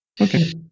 Okay